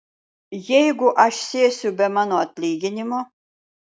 jeigu aš sėsiu be mano atlyginimo